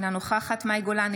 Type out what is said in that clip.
אינה נוכחת מאי גולן,